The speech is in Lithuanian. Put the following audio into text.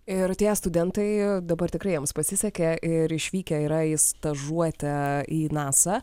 ir tie studentai dabar tikrai jiems pasisekė ir išvykę yra į stažuotę į nasa